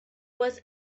was